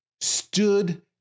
stood